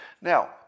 Now